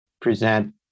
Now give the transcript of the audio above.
present